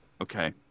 okay